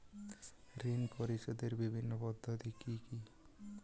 ঋণ পরিশোধের বিভিন্ন পদ্ধতি কি কি?